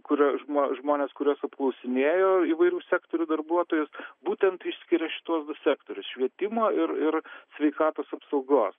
kurie žmo žmonės kuriuos apklausinėjo įvairių sektorių darbuotojus būtent išskria šituos du sektorius švietimo ir ir sveikatos apsaugos